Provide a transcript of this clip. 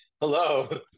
Hello